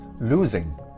losing